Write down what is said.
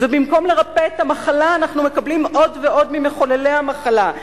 ובמקום לרפא את המחלה אנחנו מקבלים עוד ועוד ממחוללי המחלה.